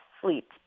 sleep